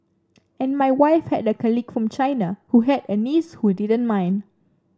and my wife had a colleague from China who had a niece who didn't mind